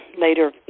later